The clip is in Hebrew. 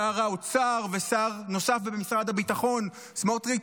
שר האוצר ושר נוסף במשרד הביטחון, סמוטריץ',